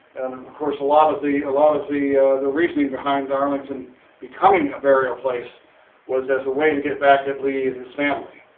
of course, a lot of the a lot of the the reasoning behind arlington becoming a burial place was as a way to get back at lee and his family.